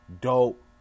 Dope